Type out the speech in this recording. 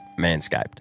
Manscaped